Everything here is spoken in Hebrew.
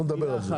אנחנו נדבר.